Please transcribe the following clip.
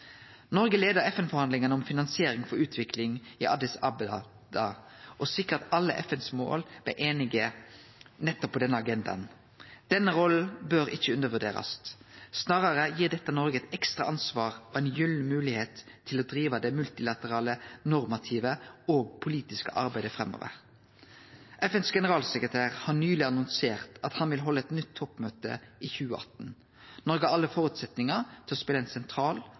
Noreg leia FN-forhandlingane om finansiering for utvikling i Addis Abeba og sikra at alle FNs medlemsland blei einige om nettopp denne agendaen. Denne rolla bør ikkje undervurderast. Snarare gir dette Noreg eit ekstra ansvar og ei gyllen moglegheit til å drive det multilaterale, normative og politiske arbeidet framover. FNs generalsekretær har nyleg annonsert at han vil halde eit nytt toppmøte i 2018. Noreg har alle føresetnader til å spele ein sentral